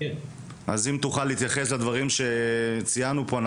אז אם תוכל להתייחס לדברים שציינו פה,